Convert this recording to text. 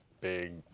big